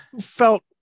felt